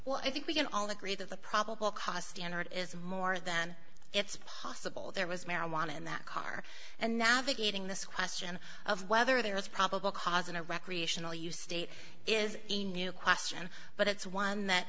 well i think we can all agree that the probable cause standard is more than it's possible there was marijuana in that car and navigating this question of whether there is probable cause in a recreational use state is a new question but it's one that